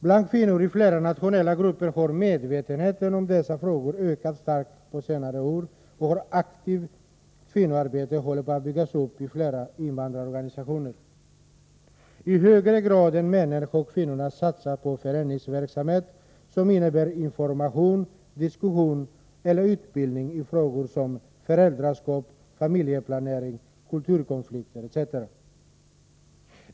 Bland kvinnor i flera nationella grupper har medvetenheten om dessa frågor ökat starkt under de senaste åren, och ett aktivt kvinnoarbete håller på att byggas upp i flera invandrarorganisationer. I högre grad än männen har kvinnorna satsat på föreningsverksamhet innebärande information, diskussion eller utbildning i frågor som föräldraskap, familjeplanering, kulturkonflikter etc.